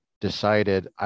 decided